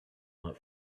not